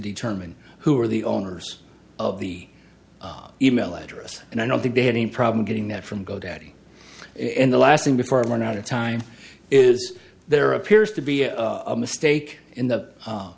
determine who are the owners of the e mail address and i don't think they had any problem getting that from go daddy in the last thing before an out of time is there appears to be a mistake in the